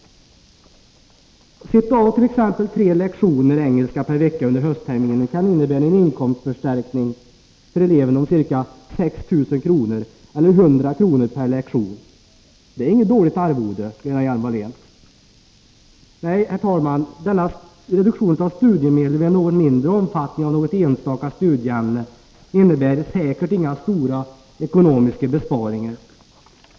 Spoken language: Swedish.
Att ”sitta av” t.ex. tre lektioner i engelska per vecka under höstterminen kan innebära en inkomstförstärkning för eleven med ca 6 000 kr. eller 100 kr. per lektion. Det är inget dåligt arvode, Lena Hjelm-Wallén. Herr talman! Denna reduktion av studiemedel vid en något mindre omfattning av något enstaka studieämne innebär säkert inga stora ekonomiska besparingar.